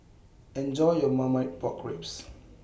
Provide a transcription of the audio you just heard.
Enjoy your Marmite Pork Ribs